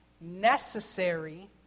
necessary